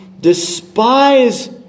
despise